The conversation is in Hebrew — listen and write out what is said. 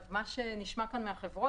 מה שמבקשות החברות,